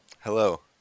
Hello